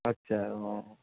আচ্ছা অঁ